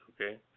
okay